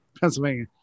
Pennsylvania